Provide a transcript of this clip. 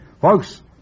Folks